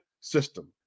system